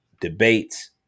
debates